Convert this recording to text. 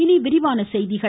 இனி விரிவான செய்திகள்